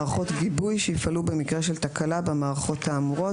מערכות גיבוי שיפעלו במקרה של תקלה במערכות האמורות.